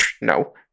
No